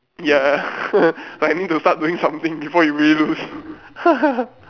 ya like you need to start doing something before you really lose